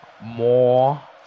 more